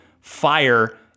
fire